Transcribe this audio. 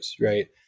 right